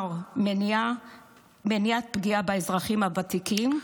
כלומר מניעת פגיעה באזרחים הוותיקים,